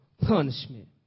punishment